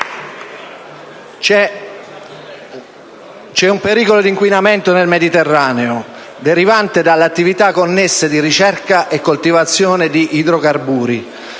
C'è un pericolo di inquinamento nel Mediterraneo, derivante dalle attività connesse di ricerca e coltivazione di idrocarburi.